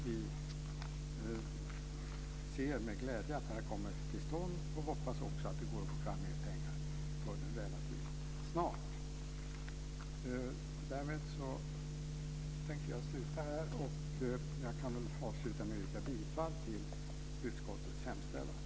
Vi ser med glädje att det här kommer till stånd och hoppas att det går att få fram mer pengar relativt snart. Därmed avslutar jag med att yrka bifall till utskottets förslag.